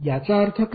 याचा अर्थ काय